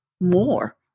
more